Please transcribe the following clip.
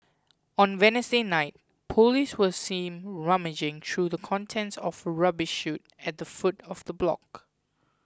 on Wednesday night police were seen rummaging through the contents of a rubbish chute at the foot of the block